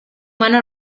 mano